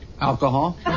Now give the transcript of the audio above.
Alcohol